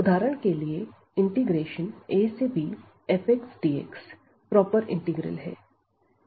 उदाहरण के लिए abfxdxप्रॉपर इंटीग्रल है